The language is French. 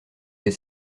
des